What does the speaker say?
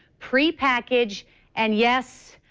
pre-packaged and yes,